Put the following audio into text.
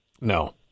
No